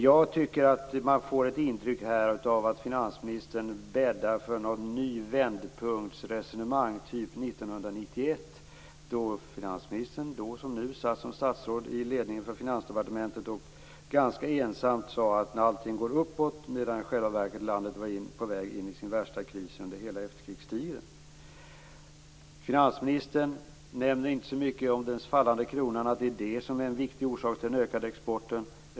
Jag tycker att man får ett intryck av att finansministern bäddar för ett nytt vändpunktsresonemang, typ Finansdepartementet. Då var han ganska ensam om att säga att allt var på väg uppåt medan landet i själva verket var på väg in i sin värsta kris under hela efterkrigstiden. Finansministern nämnde inte så mycket om att det var den fallande kronan som var orsaken till den ökade exporten.